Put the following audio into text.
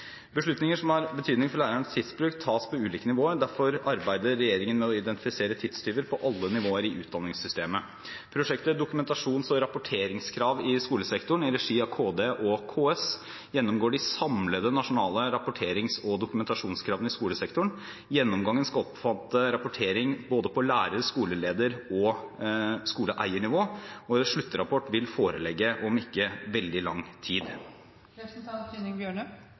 Beslutninger som har betydning for lærernes tidsbruk, tas på ulike nivåer. Derfor arbeider regjeringen med å identifisere tidstyver på alle nivåer i utdanningssystemet. Prosjektet «Dokumentasjons- og rapporteringskrav i skolesektoren» i regi av Kunnskapsdepartementet og KS gjennomgår de samlede nasjonale rapporterings- og dokumentasjonskravene i skolesektoren. Gjennomgangen skal omfatte rapportering på både lærer-, skoleleder- og skoleeiernivå. Sluttrapport vil foreligge om ikke veldig lang tid.